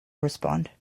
respond